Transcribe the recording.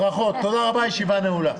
הוראת שעה) (מענק חד-פעמי חלף הגדלת קצבאות הנכות לשנת 2020) (תיקון),